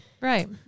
Right